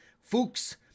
Fuchs